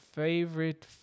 favorite